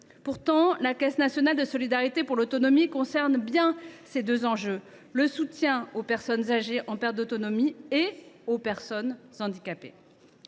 Pourtant, la Caisse nationale de solidarité pour l’autonomie (CNSA) est bien chargée des enjeux relatifs au soutien aux personnes âgées en perte d’autonomie et aux personnes handicapées.